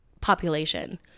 population